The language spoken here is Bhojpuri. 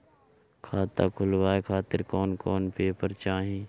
खाता खुलवाए खातिर कौन कौन पेपर चाहीं?